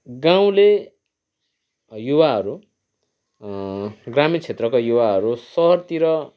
गाउँले युवाहरू ग्रामीण क्षेत्रका युवाहरू सहरतिर